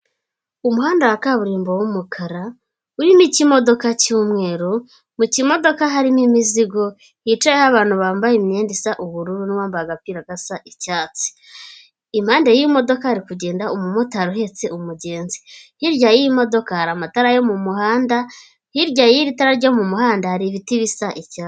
Umuhanda wa kaburimbo w'umukara, urimo ikimodoka cy'umweru, mu kimodoka harimo imizigo hicayeho abantu bambaye imyenda isa ubururu, nuwa mbaye agapira gasa icyatsi, impande y'imodoka hari kugenda umumotari uhetse umugenzi, hirya y'iyi modoka hari amatara yo mu muhanda, hirya yiri tara ryo mu muhanda hari ibiti bisa icya....